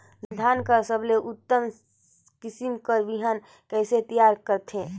धान कर सबले उन्नत किसम कर बिहान कइसे तियार करथे?